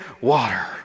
water